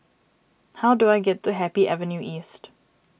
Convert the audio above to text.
how do I get to Happy Avenue East